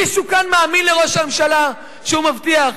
מישהו כאן מאמין לראש הממשלה כשהוא מבטיח,